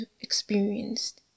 experienced